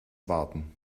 warten